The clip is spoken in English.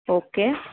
okay